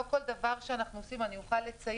לא כל דבר שאנחנו עושים אני אוכל לציין,